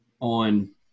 on